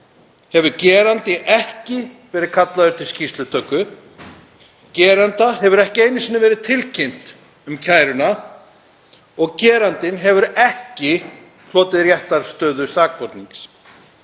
hefur gerandi ekki verið kallaður til skýrslutöku, gerenda hefur ekki einu sinni verið tilkynnt um kæruna og gerandinn hefur ekki hlotið réttarstöðu sakbornings.